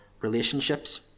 relationships